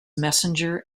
messenger